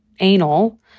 anal